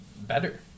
better